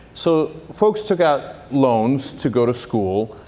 so folks took out loans to go to school,